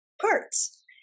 parts